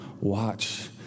watch